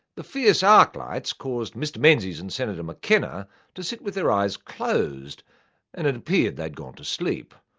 the fierce arc lights caused mr menzies and senator mckenna to sit with their eyes closed and it appeared they'd gone to sleep.